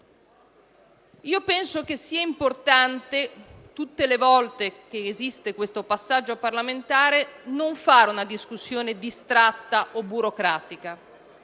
Penso sia importante, tutte le volte che c'è questo tipo di passaggio parlamentare, non fare una discussione distratta o burocratica,